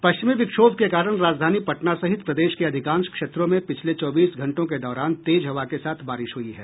पश्चिमी विक्षोभ के कारण राजधानी पटना सहित प्रदेश के अधिकांश क्षेत्रों में पिछले चौबीस घंटों के दौरान तेज हवा के साथ बारिश हुई है